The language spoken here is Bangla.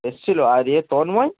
এ ছিলো আর ইয়ে তন্ময়